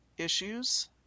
issues